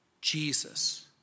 Jesus